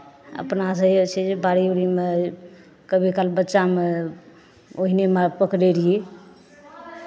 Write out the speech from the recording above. अपनासँ जे छै जे बाड़ी उड़ीमे कभी काल बच्चामे ओहिनेमे पकड़ै रहियै